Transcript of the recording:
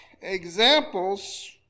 examples